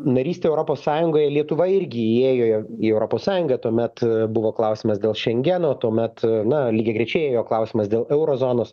narystė europos sąjungoje lietuva irgi įėjo į europos sąjungą tuomet buvo klausimas dėl šengeno tuomet na lygiagrečiai ėjo klausimas dėl euro zonos